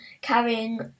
carrying